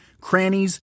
crannies